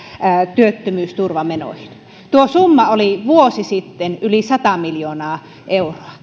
työttömyysturvamenoihin tuo summa oli vuosi sitten yli sata miljoonaa euroa